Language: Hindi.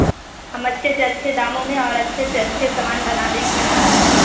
हम अच्छे से अच्छे दामों में और अच्छे से अच्छे समान बना देंगे आपका